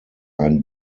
ein